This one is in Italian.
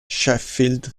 sheffield